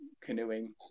canoeing